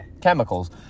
chemicals